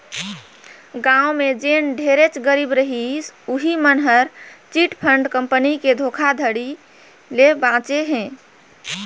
गाँव में जेन ढेरेच गरीब रहिस उहीं मन हर चिटफंड कंपनी के धोखाघड़ी ले बाचे हे